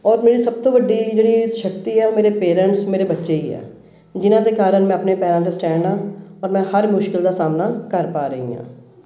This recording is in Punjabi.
ਔਰ ਮੇਰੀ ਸਭ ਤੋਂ ਵੱਡੀ ਜਿਹੜੀ ਸ਼ਕਤੀ ਹੈ ਉਹ ਮੇਰੇ ਪੇਰੈਂਟਸ ਮੇਰੇ ਬੱਚੇ ਹੀ ਹੈ ਜਿਨ੍ਹਾਂ ਦੇ ਕਾਰਨ ਮੈਂ ਆਪਣੇ ਪੈਰਾਂ 'ਤੇ ਸਟੈਂਡ ਹਾਂ ਔਰ ਮੈਂ ਹਰ ਮੁਸ਼ਕਲ ਦਾ ਸਾਹਮਣਾ ਕਰ ਪਾ ਰਹੀ ਹਾਂ